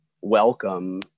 welcome